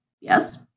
yes